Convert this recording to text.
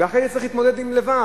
ואחרי זה צריך להתמודד לבד.